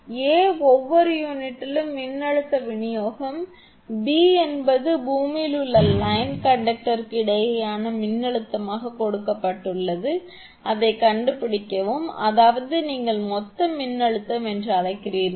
a ஒவ்வொரு யூனிட்டிலும் மின்னழுத்த விநியோகம் b என்பது பூமியில் உள்ள லைன் கண்டக்டருக்கு இடையேயான மின்னழுத்தம் கொடுக்கப்பட்டுள்ளது அதை கண்டுபிடிக்கவும் அதாவது நீங்கள் மொத்த மின்னழுத்தம் என்று அழைக்கிறீர்கள்